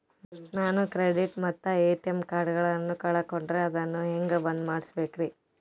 ನಾನು ಕ್ರೆಡಿಟ್ ಮತ್ತ ಎ.ಟಿ.ಎಂ ಕಾರ್ಡಗಳನ್ನು ಕಳಕೊಂಡರೆ ಅದನ್ನು ಹೆಂಗೆ ಬಂದ್ ಮಾಡಿಸಬೇಕ್ರಿ?